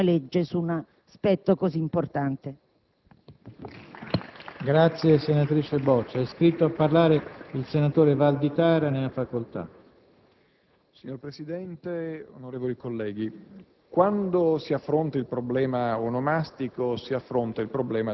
La rivoluzione femminile è una di quelle che sta segnando un'epoca. Se noi non vogliamo che tale rivoluzione veda il nostro ordinamento arroccato nella conservazione e addirittura destinato per questo ad arretrare, dobbiamo